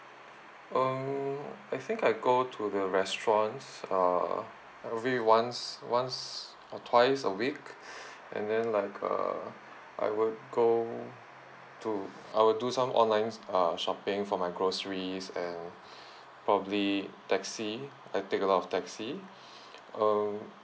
um I think I go to the restaurants uh every once once or twice a week and then like uh I would go to I would do some online uh shopping for my groceries and probably taxi I take a lot of taxi um